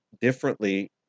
differently